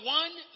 one